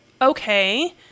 okay